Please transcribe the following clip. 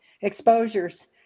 exposures